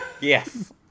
Yes